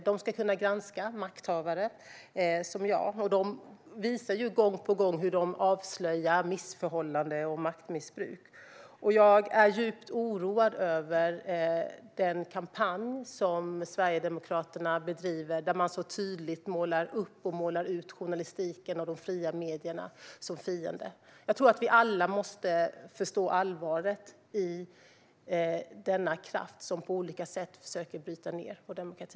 Den ska kunna granska makthavare som jag. Journalistiken visar gång på gång hur den avslöjar missförhållanden och maktmissbruk. Jag är djupt oroad över den kampanj som Sverigedemokraterna bedriver där de så tydligt målar upp journalistiken och de fria medierna som fiender. Jag tror att vi alla måste förstå allvaret i denna kraft som på olika sätt försöker bryta ned vår demokrati.